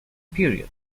period